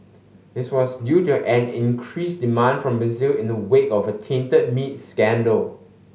this was due to an increased demand from Brazil in the wake of a tainted meat scandal